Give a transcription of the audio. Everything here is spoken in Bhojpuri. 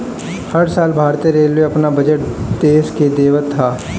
हर साल भारतीय रेलवे अपन बजट देस के देवत हअ